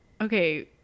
okay